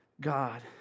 God